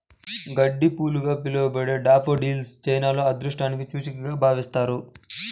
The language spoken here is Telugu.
గడ్డిపూలుగా పిలవబడే డాఫోడిల్స్ చైనాలో అదృష్టానికి సూచికగా భావిస్తారు